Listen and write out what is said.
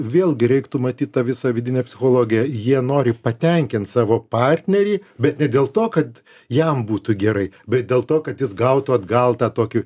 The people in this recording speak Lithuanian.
vėlgi reiktų matyt tą visą vidinę psichologiją jie nori patenkint savo partnerį bet ne dėl to kad jam būtų gerai bet dėl to kad jis gautų atgal tą tokį